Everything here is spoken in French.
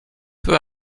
peu